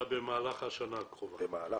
במהלך השנה הקרובה.